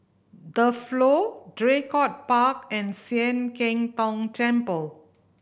The Flow Draycott Park and Sian Keng Tong Temple